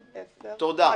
תודה.